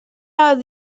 out